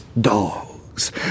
dogs